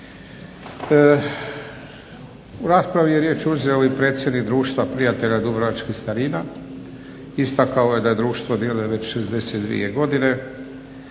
U raspravi je riječ uzeo i predsjednik Društva prijatelja dubrovačkih starina. Istakao je da Društvo djeluje već 62 godine,